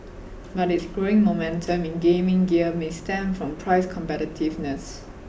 but its growing momentum in gaming gear may stem from price competitiveness